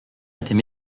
était